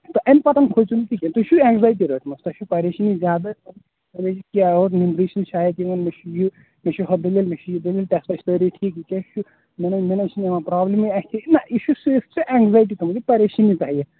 تہٕ اَمہِ پَتہٕ کھوٗژِو نہٕ کِہیٖنٛۍ تُہۍ چھِو اینٛزایٹی رٔٹمٕژ تۄہہِ چھَو پَریشٲنی زیادٕ خبر یہِ کیٛاہ اوس نٮ۪نٛدٕرٕے چھَنہٕ شایَد یِوان مےٚ چھُ یہِ مےٚ چھُ ہُہ بیمٲرۍ مےٚ چھُ یہِ بیمٲری ٹیٚسٹ ہَے چھِ سٲرۍ ٹھیٖک یہِ کیٛاہ چھُ مےٚ نہَ حظ چھُنہٕ یِوان پرٛابلِمٕے اَتھِ یہِ چھُنا یہِ چھُ صِرف سُہ اینٛزایٹی گٲمٕژ یہِ چھِ پَریشٲنی تۄہہِ